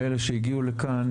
לאלה שהגיעו לכאן